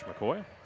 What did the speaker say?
McCoy